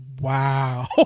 Wow